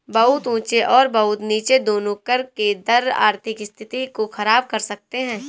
बहुत ऊँचे और बहुत नीचे दोनों कर के दर आर्थिक स्थिति को ख़राब कर सकते हैं